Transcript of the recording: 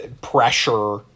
pressure